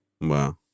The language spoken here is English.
Wow